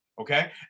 Okay